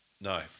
no